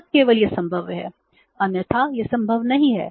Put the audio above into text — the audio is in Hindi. तब केवल यह संभव है अन्यथा यह संभव नहीं है